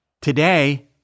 Today